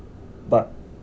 but